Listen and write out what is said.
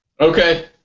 Okay